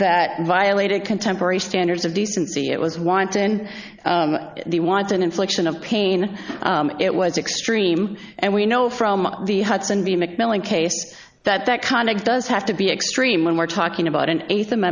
that violated contemporary standards of decency it was want to end the wanton infliction of pain it was extreme and we know from the hudson the mcmillan case that that conduct does have to be extreme when we're talking about an eighth